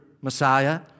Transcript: Messiah